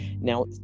Now